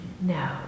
No